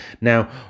Now